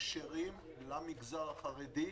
כשרים למגזר החרדי.